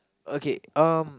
okay um